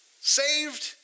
Saved